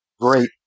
great